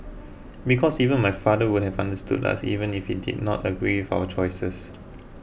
because even my father would have understood us even if he did not agree with our choices